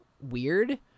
weird